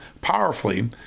powerfully